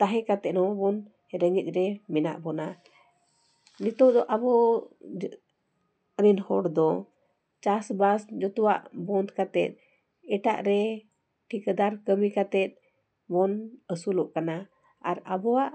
ᱛᱟᱦᱮᱸ ᱠᱟᱛᱮᱜ ᱦᱚᱸᱵᱚᱱ ᱨᱮᱸᱜᱮᱡ ᱨᱮ ᱢᱮᱱᱟᱜ ᱵᱚᱱᱟ ᱱᱤᱛᱚᱜ ᱫᱚ ᱟᱵᱚ ᱨᱤᱱ ᱦᱚᱲ ᱫᱚ ᱪᱟᱥ ᱵᱟᱥ ᱡᱚᱛᱚᱣᱟᱜ ᱵᱚᱱᱫᱽ ᱠᱟᱛᱮ ᱮᱴᱟᱜ ᱨᱮ ᱴᱷᱤᱠᱟᱹᱫᱟᱨ ᱠᱟᱹᱢᱤ ᱠᱟᱛᱮᱫ ᱵᱚᱱ ᱟᱹᱥᱩᱞᱚᱜ ᱠᱟᱱᱟ ᱟᱨ ᱟᱵᱚᱣᱟᱜ